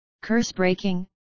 curse-breaking